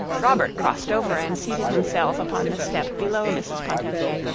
robert crossed over and seated himself upon the step below mrs. pontellier,